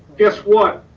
guess what,